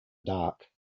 dark